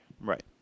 Right